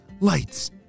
lights